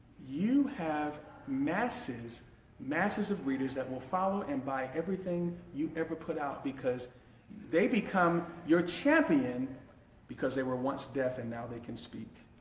you have masses masses of readers that will follow and buy everything you ever put out because they become your champion because they were once deaf and now they can speak.